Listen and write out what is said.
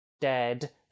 dead